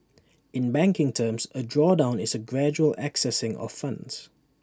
in banking terms A drawdown is A gradual accessing of funds